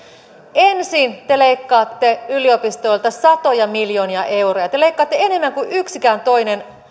ensin te leikkaatte yliopistoilta satoja miljoonia euroja te leikkaatte enemmän kuin yksikään toinen